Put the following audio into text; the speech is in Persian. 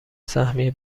سهمیه